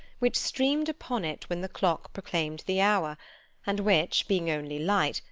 which streamed upon it when the clock proclaimed the hour and which, being only light,